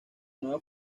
nueva